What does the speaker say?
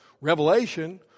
Revelation